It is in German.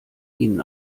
ihnen